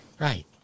Right